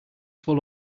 full